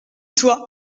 toi